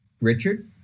Richard